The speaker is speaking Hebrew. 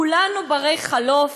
כולנו בני-חלוף,